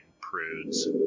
prudes